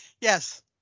Yes